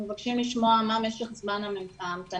אנחנו מבקשים לשמוע מה משך זמן ההמתנה,